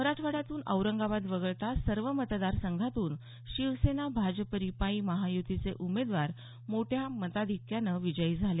मराठवाड्यातून औरंगाबाद वगळता सर्व मतदार संघातून शिवसेना भाजप रिपाई महायुतीचे उमेदवार मोठ्या मताधिक्यानं विजयी झाले